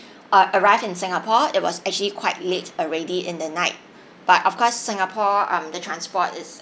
err arrived in singapore it was actually quite late already in the night but of course singapore um the transport it's